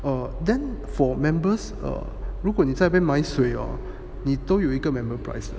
err then for members err 如果你这边买水哦你都有一个 member price